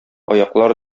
аяклар